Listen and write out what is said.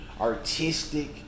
artistic